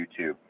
YouTube